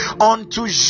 unto